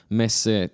messe